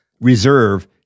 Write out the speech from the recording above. reserve